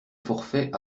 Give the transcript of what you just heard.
forfait